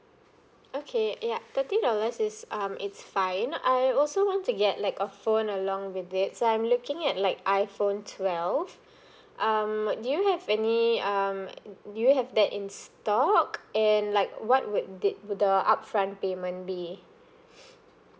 okay yup thirty dollars is um it's fine I also want to get like a phone along with it so I'm looking at like iPhone twelve um do you have any um d~ do you have that in stock and like what would the the upfront payment be